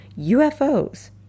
UFOs